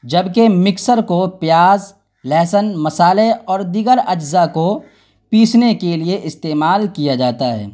جبکہ مکسر کو پیاز لہسن مسالے اور دیگر اجزاء کو پیسنے کے لیے استعمال کیا جاتا ہے